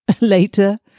later